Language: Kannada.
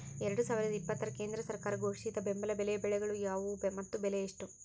ಎರಡು ಸಾವಿರದ ಇಪ್ಪತ್ತರ ಕೇಂದ್ರ ಸರ್ಕಾರ ಘೋಷಿಸಿದ ಬೆಂಬಲ ಬೆಲೆಯ ಬೆಳೆಗಳು ಯಾವುವು ಮತ್ತು ಬೆಲೆ ಎಷ್ಟು?